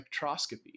spectroscopy